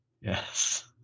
Yes